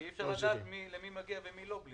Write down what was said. כי אי-אפשר בלי זה למי מגיע ולמי לא.